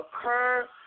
occur